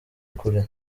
kure